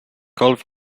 golf